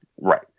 Right